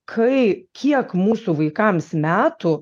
kai kiek mūsų vaikams metų